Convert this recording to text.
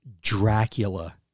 Dracula